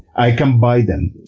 i can buy them.